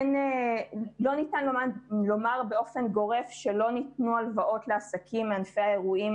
לא ניתן לומר באופן גורף שלא ניתנו הלוואות לעסקים בענפי האירועים,